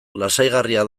lasaigarria